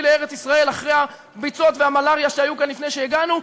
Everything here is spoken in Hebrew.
לארץ-ישראל אחרי הביצות והמלריה שהיו כאן לפני שהגענו,